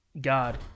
God